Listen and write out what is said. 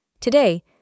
Today